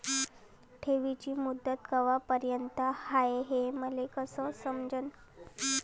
ठेवीची मुदत कवापर्यंत हाय हे मले कस समजन?